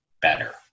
better